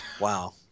Wow